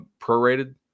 prorated